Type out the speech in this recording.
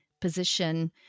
position